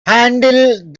handle